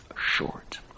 short